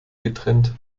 getrennt